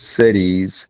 cities